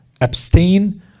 abstain